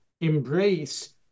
embrace